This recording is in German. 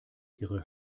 ihre